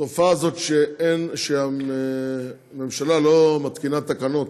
התופעה הזאת שהממשלה לא מתקינה תקנות